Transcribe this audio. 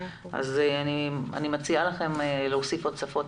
אני מציעה לכם להוסיף עוד שפות.